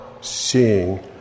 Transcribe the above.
seeing